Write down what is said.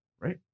Right